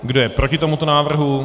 Kdo je proti tomuto návrhu?